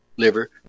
liver